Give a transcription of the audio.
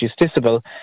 justiciable